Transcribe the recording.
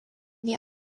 wir